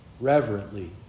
reverently